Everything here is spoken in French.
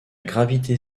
gravité